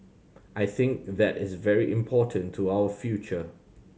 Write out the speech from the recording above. I think that is very important to our future